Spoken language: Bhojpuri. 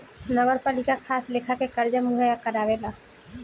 नगरपालिका खास लेखा के कर्जा मुहैया करावेला